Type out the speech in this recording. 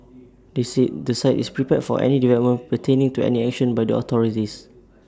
they said the site is prepared for any developments pertaining to any action by the authorities